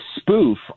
spoof